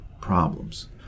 problems